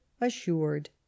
assured